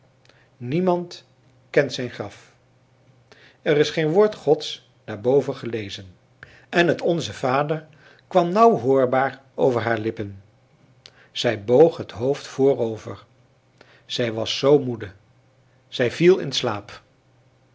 niemand kent zijn graf er is geen woord gods daar boven gelezen en het onze vader kwam nauw hoorbaar over haar lippen zij boog het hoofd voorover zij was zoo moede zij viel in slaap